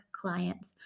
clients